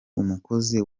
umukozi